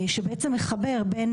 שבעצם מחבר בין